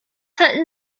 halten